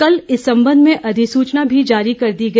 कल इस संबंध में अधिसूचना भी जारी कर दी है